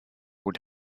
would